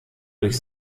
durch